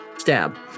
stab